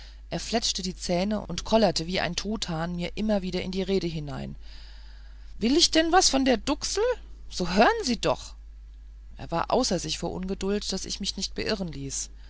er fletschte die zähne und kollerte wie ein truthahn mir immer wieder in die rede hinein will ich denn was von die duksel so hören sie doch zu er war außer sich vor ungeduld daß ich mich nicht beirren ließ